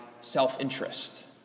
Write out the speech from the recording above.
self-interest